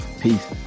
Peace